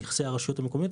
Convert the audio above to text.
נכסי הרשות המקומית,